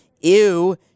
Ew